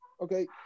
okay